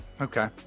okay